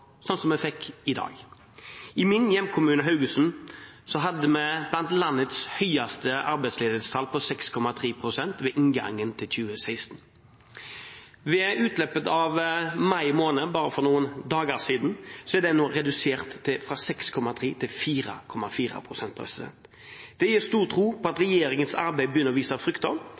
sånn som vi fikk i dag. I min hjemkommune, Haugesund, hadde vi blant landets høyeste arbeidsledighetstall – 6,3 pst. – ved inngangen av 2016. Ved utløpet av mai måned – bare for noen dager siden – er det nå redusert fra 6,3 til 4,4 pst. Det gir stor tro på at regjeringens arbeid begynner å bære frukter,